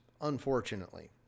unfortunately